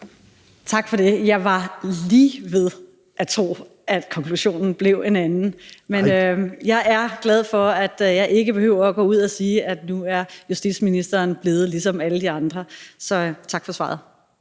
Tak for det. Jeg var lige ved at tro, at konklusionen blev en anden. Men jeg er glad for, at jeg ikke behøver at gå ud og sige, at nu er justitsministeren blevet lige som alle de andre. Så tak for svaret.